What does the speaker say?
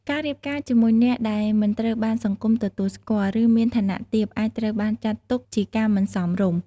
ការរៀបការជាមួយអ្នកដែលមិនត្រូវបានសង្គមទទួលស្គាល់ ឬមានឋានៈទាប អាចត្រូវបានចាត់ទុកជាការមិនសមរម្យ។